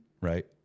right